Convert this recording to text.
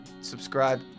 subscribe